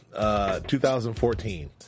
2014